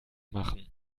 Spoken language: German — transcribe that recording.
machen